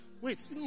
Wait